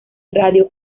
radio